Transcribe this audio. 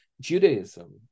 Judaism